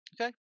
Okay